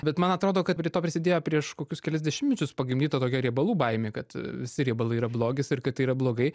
bet man atrodo kad prie to prisidėjo prieš kokius kelis dešimtmečius pagimdyta tokia riebalų baimė kad visi riebalai yra blogis ir kad tai yra blogai